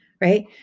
right